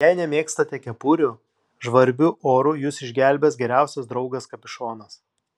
jei nemėgstate kepurių žvarbiu oru jus išgelbės geriausias draugas kapišonas